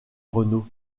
renault